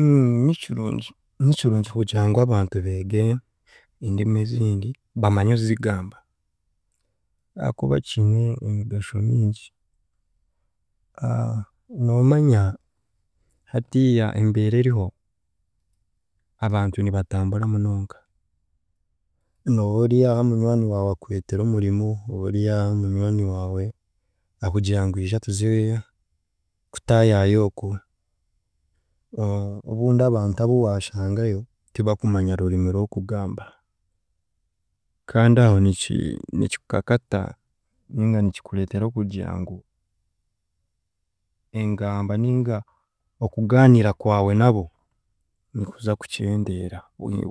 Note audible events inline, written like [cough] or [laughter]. [hesitation] nikirungi, nikirungi kugira ngu abantu beege endimi ezindi, bamanye ozigamba, ahaakuba kiine emigasho mingi [hesitation] noomanya hatiiya embeera eriho, abantu nibatambura munonga, nooba ori aho munywani waawe akwetera omurimo, oba ori aho munywani waawe akugira ngu ija tuze kutaayaaya oku, o- obundi abantu abu waashangayo, tibakumanya rurimi rw'okugamba kandi aho niki nikikukakata ninga nikikureetera kugira ngu engamba ninga okugaanira kwawe nabo nikuza kukyendera